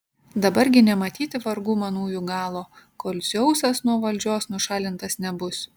dabar gi nematyti vargų manųjų galo kol dzeusas nuo valdžios nušalintas nebus